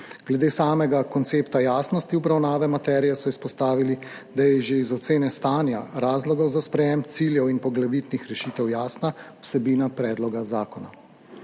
Glede samega koncepta jasnosti obravnave materije so izpostavili, da je že iz ocene stanja razlogov za sprejem ciljev in poglavitnih rešitev jasna vsebina predloga zakona.